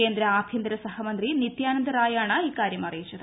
കേന്ദ്ര ആഭ്യന്തര സഹമന്ത്രി നിത്യാനന്ദ് റായ് ആണ് ഇക്കാര്യം അറിയിച്ചത്